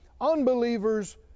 Unbelievers